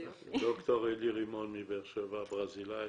ד"ר אלי רימון מבאר שבע, ברזילאי